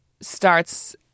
starts